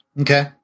Okay